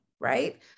right